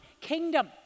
kingdom